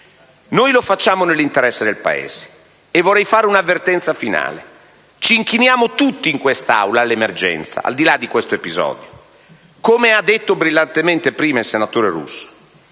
Noi lo facciamo nell'interesse del Paese, e vorrei fare un'avvertenza finale. Ci inchiniamo tutti in quest'Aula all'emergenza, al di là di questo episodio. Come ha detto brillantemente prima il senatore Russo,